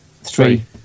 Three